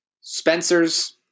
Spencer's